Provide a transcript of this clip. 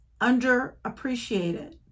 underappreciated